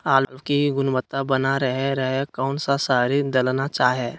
आलू की गुनबता बना रहे रहे कौन सा शहरी दलना चाये?